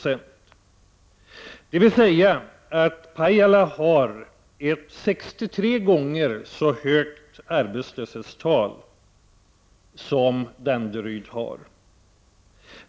Det betyder att Pajala har ett 63 gånger så högt arbetslöshetstal som Danderyd.